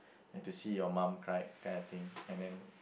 and to see your mum cry kind of thing and then